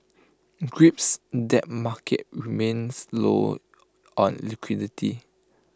grips debt market remains low on liquidity